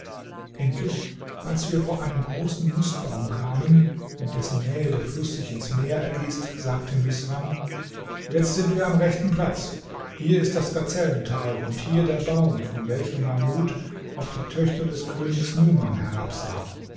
endlich als wir vor einen großen nußbaum kamen in dessen nähe der fluß sich ins meer ergießt sagte misram jetzt sind wir am rechten platz hier ist das gazellental und hier der baum von welchem mahmud auf die töchter des königs numan herabsah